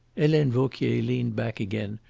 helene vauquier leaned back again,